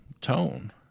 tone